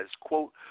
quote